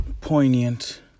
poignant